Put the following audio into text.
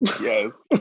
Yes